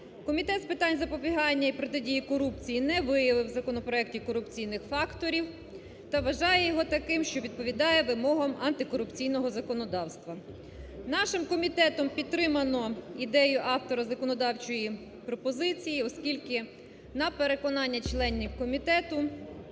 Комітет з питань запобігання і протидії корупції не виявив в законопроекті корупційних факторів та вважає його таким, що відповідає вимогам антикорупційного законодавства. Нашим комітетом підтримано ідею автора законодавчої пропозиції, оскільки на переконання членів комітету,